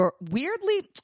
Weirdly